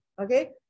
okay